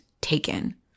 taken